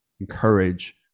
encourage